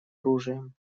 оружием